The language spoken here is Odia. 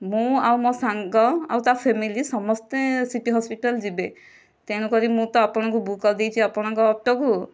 ମୁଁ ଆଉ ମୋ ସାଙ୍ଗ ଆଉ ତା ଫ୍ଯାମିଲି ସମସ୍ତେ ସିଟି ହସ୍ପିଟାଲ ଯିବେ ତେଣୁକରି ମୁଁ ତ ଆପଣଙ୍କୁ ବୁକ କରିଦେଇଛି ଆପଣଙ୍କ ଅଟୋକୁ